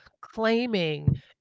claiming